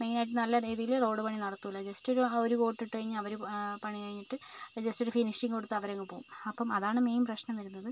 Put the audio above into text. മെയിനായിട്ട് നല്ല രീതിയില് റോഡ് പണി നടത്തുകയില്ല ജസ്റ്റ് ഒരു ഒരു കോട്ടിട്ട് കഴിഞ്ഞാൽ അവര് പ പണി കഴിഞ്ഞിട്ട് ജസ്റ്റ് ഒരു ഫിനിഷിംഗ് കൊടുത്ത് അവരങ്ങ് പോകും അപ്പം അതാണ് മെയിൻ പ്രശ്നം വരുന്നത്